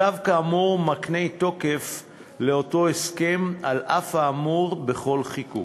צו כאמור מקנה תוקף לאותו הסכם על אף האמור בכל חיקוק.